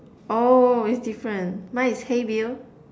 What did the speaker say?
oh it's different mine is hey Bill